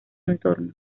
entorno